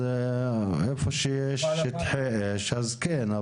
אז איפה שיש שטחי אש, אז כן.